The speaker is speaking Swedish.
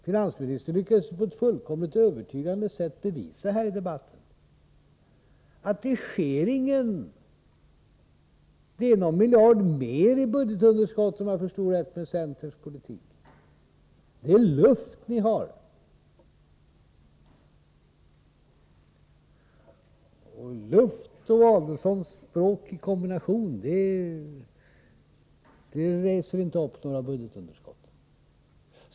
Finansministern lyckades på ett fullkomligt övertygande sätt här i debatten bevisa att detta inte sker. Det blir — om jag förstod saken rätt — någon miljard mer i budgetunderskott med centerns politik. Det är luft ni har, och luft och Adelsohns språk i kombination klarar inte upp några budgetunderskott.